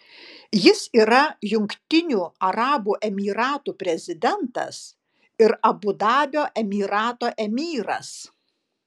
jis yra jungtinių arabų emyratų prezidentas ir abu dabio emyrato emyras